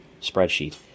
spreadsheet